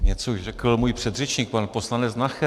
Něco už řekl můj předřečník, pan poslanec Nacher.